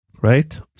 right